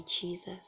Jesus